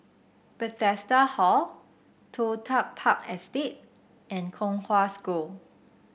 Bethesda Hall Toh Tuck Park Estate and Kong Hwa School